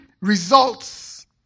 results